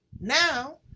Now